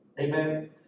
Amen